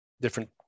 different